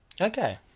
okay